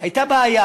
הייתה בעיה